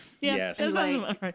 Yes